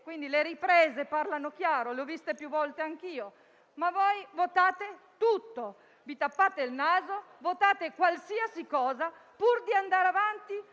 senso. Le riprese parlano chiaro e le ho viste più volte anch'io. Voi però votate tutto, vi tappate il naso e votate qualsiasi cosa, pur di andare avanti